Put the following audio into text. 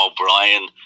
O'Brien